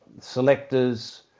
selectors